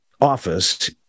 office